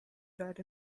died